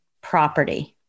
property